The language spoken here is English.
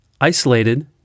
Isolated